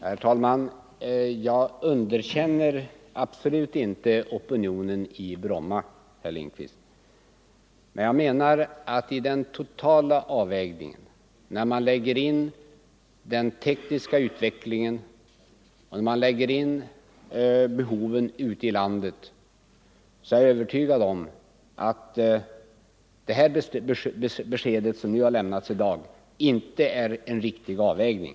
Herr talman! Jag underkänner absolut inte opinionen i Bromma, herr Lindkvist. Men totalt sett, när man väger in den tekniska utvecklingen och behoven ute i landet, är jag övertygad om att det besked som lämnats i dag inte är en riktig avvägning.